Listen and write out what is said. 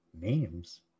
names